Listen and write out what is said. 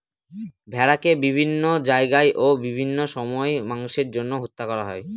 ভেড়াকে বিভিন্ন জায়গায় ও বিভিন্ন সময় মাংসের জন্য হত্যা করা হয়